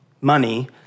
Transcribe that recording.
money